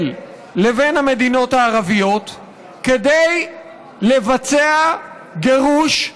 לבין המדינות הערביות כדי לבצע גירוש,